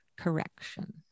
correction